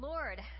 Lord